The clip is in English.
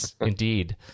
indeed